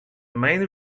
main